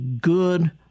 good